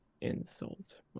insult